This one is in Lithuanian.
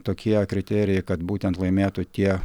tokie kriterijai kad būtent laimėtų tie